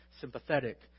sympathetic